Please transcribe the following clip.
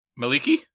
Maliki